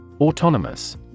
Autonomous